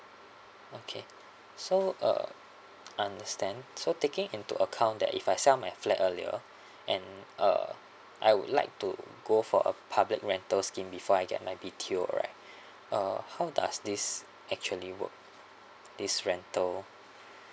okay so uh I understand so taking into account that if I sell my flat earlier and uh I would like to go for a public rental scheme before I get my B_T_O right uh how does this actually work this rental